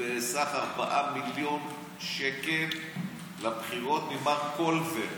בסך 4 מיליון שקל לבחירות ממר קולבר.